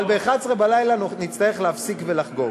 אבל ב-23:00 נצטרך להפסיק ולחגוג.